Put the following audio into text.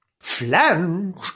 Flange